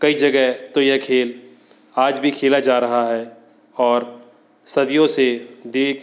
कई जगह तो यह खेल आज भी खेला जा रहा है और सदियों से देख